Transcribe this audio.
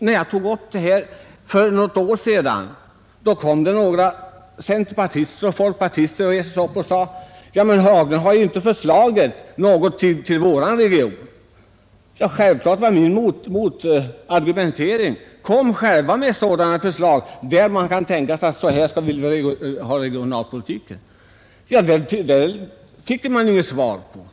När jag tog upp dessa frågor för något år sedan reste sig några folkpartister och centerpartister upp och sade: ”Men herr Haglund har ju inte föreslagit något till vår region.” Självklart svarade jag då: ”Framlägg själva förslag om hur ni vill driva regionalpolitiken! ” Det fick jag naturligtvis inget svar på.